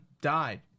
died